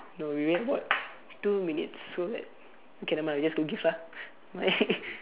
no we only got two minutes so that okay nevermind we just don't give lah